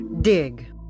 Dig